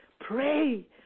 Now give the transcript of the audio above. Pray